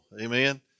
amen